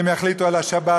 הם יחליטו על השבת,